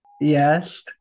Yes